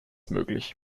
möglich